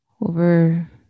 over